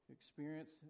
experience